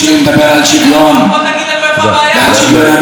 חברת הכנסת יעל כהן-פארן,